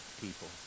people